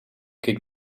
keek